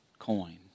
coin